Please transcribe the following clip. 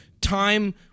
time